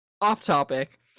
off-topic